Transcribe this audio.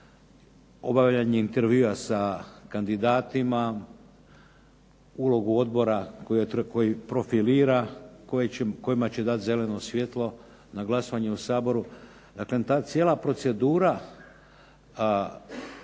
obavljanje intervjua sa kandidatima, ulogu odbora koji profilira, kojima će dati zeleno svijetlo na glasovanje u Saboru. Dakle ta cijela procedura